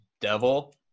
devil